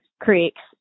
creeks